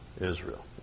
Israel